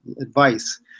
advice